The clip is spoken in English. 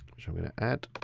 which i'm gonna add.